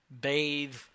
bathe